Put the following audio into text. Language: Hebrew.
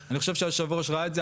אני חושב שיושב הראש ראה את זה,